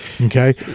okay